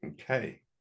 Okay